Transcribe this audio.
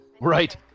Right